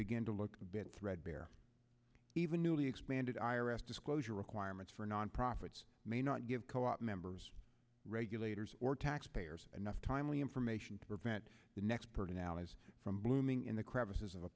begin to look a bit threadbare even newly expanded i r s disclosure requirements for nonprofits may not give co op members regulators or taxpayers enough timely information to prevent the next person allies from blooming in the crevices of a